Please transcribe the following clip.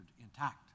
intact